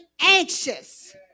anxious